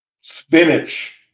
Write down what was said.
Spinach